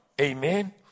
Amen